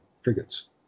frigates